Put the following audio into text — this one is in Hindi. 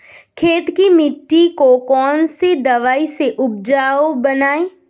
खेत की मिटी को कौन सी दवाई से उपजाऊ बनायें?